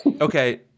Okay